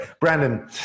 Brandon